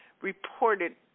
reported